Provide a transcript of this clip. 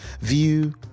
view